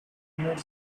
united